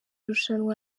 rushanwa